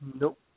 Nope